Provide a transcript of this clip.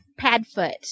Padfoot